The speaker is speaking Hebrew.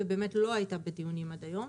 היא לא הייתה בדיונים עד היום,